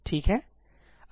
ठीक है